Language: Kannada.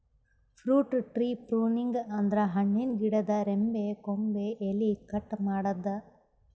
ಫ್ರೂಟ್ ಟ್ರೀ ಪೃನಿಂಗ್ ಅಂದ್ರ ಹಣ್ಣಿನ್ ಗಿಡದ್ ರೆಂಬೆ ಕೊಂಬೆ ಎಲಿ ಕಟ್ ಮಾಡದ್ದ್